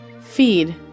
Feed